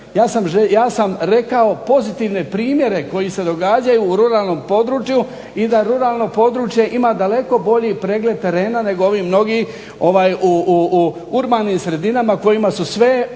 ja sam rekao pozitivne primjere koji se događaju u ruralnom području i da ruralno područje ima daleko bolji pregled terena nego ovi mnogi u urbanim sredinama kojima su sve oči